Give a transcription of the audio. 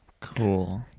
Cool